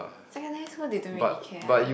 secondary school they don't really care one